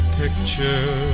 picture